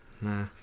Nah